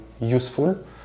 useful